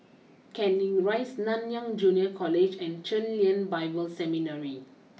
Canning Rise Nanyang Junior College and Chen Lien Bible Seminary